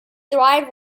thrived